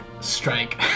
strike